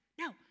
No